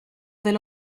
del